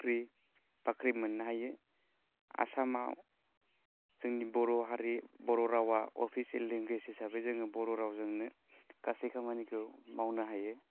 साख्रि बाख्रि मोन्नो हायो आसामाव जोंनि बर' हारि बर' रावा अफिसियेल लेंगुवेस हिसाबै जोङो बर' रावजोंनो गासै खामानिखौ मावनो हायो